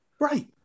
Right